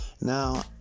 now